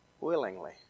willingly